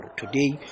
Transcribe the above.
today